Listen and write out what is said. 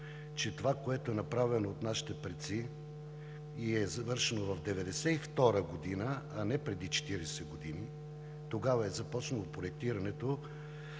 че това, което е направено от нашите предци и е завършено в 1992 г., а не преди 40 години – тогава е започнало проектирането,